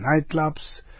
nightclubs